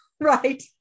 Right